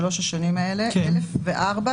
אחרי